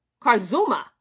Karzuma